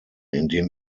indem